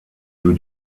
für